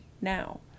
now